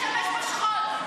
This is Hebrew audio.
להשתמש בשכול.